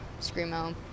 screamo